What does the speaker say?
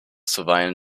zuweilen